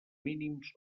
mínims